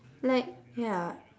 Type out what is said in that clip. like ya